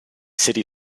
city